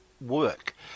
work